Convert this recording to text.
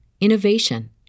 innovation